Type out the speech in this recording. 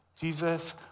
Jesus